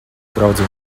draudziņ